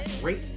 great